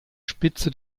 spitze